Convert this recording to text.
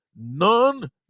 none